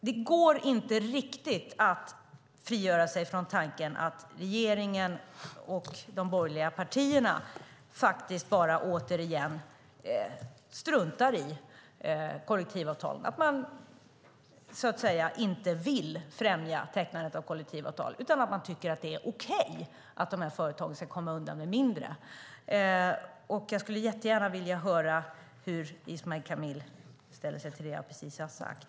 Det går inte att riktigt frigöra sig från tanken att regeringen och de borgerliga partierna återigen struntar i kollektivavtal, att man så att säga inte vill främja tecknandet av kollektivavtal. Man tycker att det är okej att de här företagen ska komma undan med mindre. Jag skulle jättegärna vilja höra hur Ismail Kamil ställer sig till det jag precis har sagt.